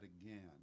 again